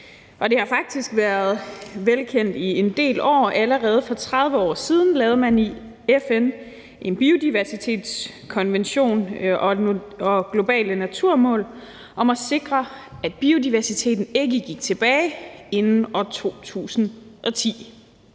og det har faktisk været velkendt en del år. Allerede for 30 år siden lavede man i FN en biodiversitetskonvention og satte globale naturmål om at sikre, at biodiversiteten ikke gik tilbage inden år 2010.